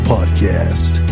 Podcast